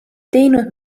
teinud